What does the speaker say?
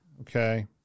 okay